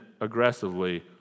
aggressively